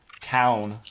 town